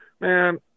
Man